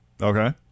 Okay